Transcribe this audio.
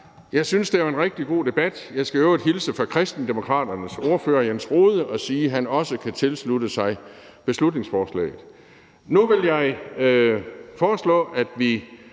Jeg synes, det var en rigtig god debat. Jeg skal i øvrigt hilse fra Kristendemokraternes ordfører, hr. Jens Rohde, og sige, at han også kan tilslutte sig beslutningsforslaget. Nu vil jeg foreslå, at vi